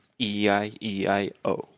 E-I-E-I-O